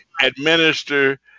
administer